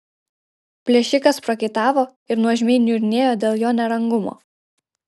plėšikas prakaitavo ir nuožmiai niurnėjo dėl jo nerangumo